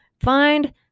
find